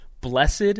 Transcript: Blessed